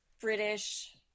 British